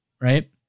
right